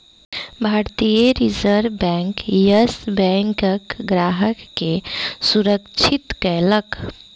भारतीय reserve bank, yes बैंकक ग्राहक के सुरक्षित कयलक